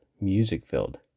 music-filled